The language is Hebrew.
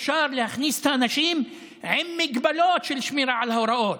אפשר להכניס את האנשים עם הגבלות של שמירה על ההוראות,